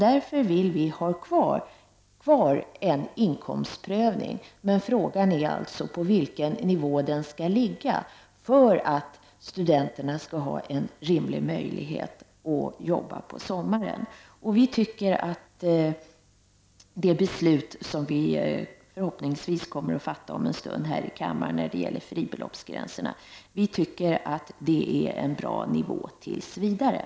Därför vill vi ha kvar en inkomstprövning, men frågan är alltså på vilken nivå den skall ligga för att studenterna skall ha en rimlig möjlighet att jobba på sommaren. Vi tycker att det beslut som kammaren förhoppningsvis kommer att fatta om en stund när det gäller fribeloppsgränserna är en bra nivå tills vidare.